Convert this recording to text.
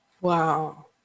Wow